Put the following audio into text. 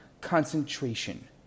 concentration